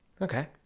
Okay